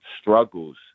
struggles